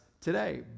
today